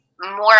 more